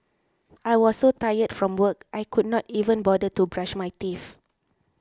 I was so tired from work I could not even bother to brush my teeth